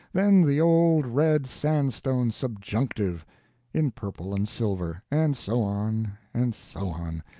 then the old red sandstone subjunctive in purple and silver and so on and so on,